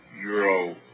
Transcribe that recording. Euro